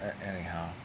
Anyhow